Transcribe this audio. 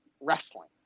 wrestling